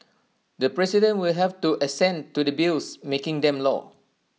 the president will have to assent to the bills making them law